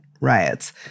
riots